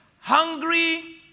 hungry